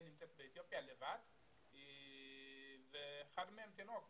נמצאת באתיופיה לבד ואחד מהם תינוק,